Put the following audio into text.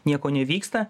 nieko nevyksta